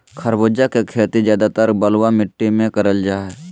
खरबूजा के खेती ज्यादातर बलुआ मिट्टी मे करल जा हय